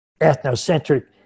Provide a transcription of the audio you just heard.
ethnocentric